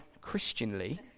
Christianly